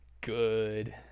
Good